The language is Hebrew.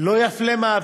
"2.